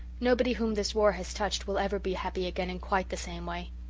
nobody whom this war has touched will ever be happy again in quite the same way.